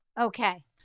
Okay